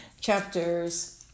chapters